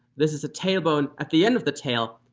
this is a tailbone at the end of the tail,